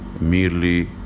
merely